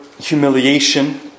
humiliation